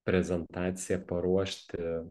prezentaciją paruošti